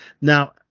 now